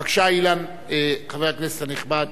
בבקשה, אילן, חבר הכנסת הנכבד,